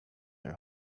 are